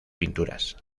pinturas